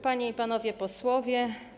Panie i Panowie Posłowie!